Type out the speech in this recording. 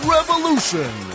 Revolution